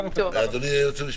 בדיוק.